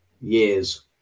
years